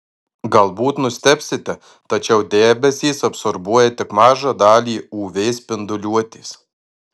galbūt nustebsite tačiau debesys absorbuoja tik mažą dalį uv spinduliuotės